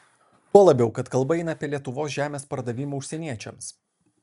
tuo labiau kad kalba eina apie lietuvos žemės pardavimą užsieniečiams